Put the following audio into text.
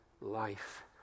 life